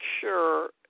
sure